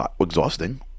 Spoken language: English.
exhausting